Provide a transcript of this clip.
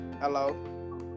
Hello